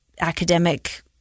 academic